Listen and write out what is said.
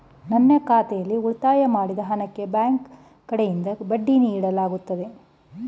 ನನ್ನ ಖಾತೆಯಲ್ಲಿ ಉಳಿತಾಯ ಮಾಡಿದ ಹಣಕ್ಕೆ ಬ್ಯಾಂಕ್ ಕಡೆಯಿಂದ ಬಡ್ಡಿ ನೀಡಲಾಗುತ್ತದೆಯೇ?